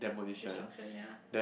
destruction ya